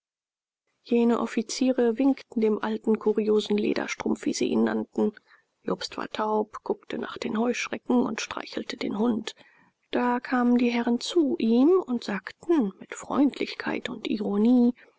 jene offiziere winkten dem alten kuriosen lederstrumpf wie sie ihn nannten jobst war taub guckte nach den heuschrecken und streichelte den hund da kamen die herren zu ihm und sagten mit freundlichkeit und ironie